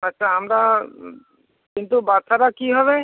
আচ্ছা আমরা কিন্তু বাচ্চারা কী হবে